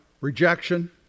rejection